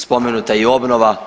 Spomenuta je i obnova.